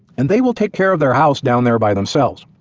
and they will take care of their house down there by themselves.